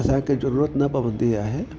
असांखे ज़रूरत न पवंदी आहे